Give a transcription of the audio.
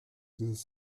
dieses